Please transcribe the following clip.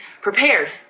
prepared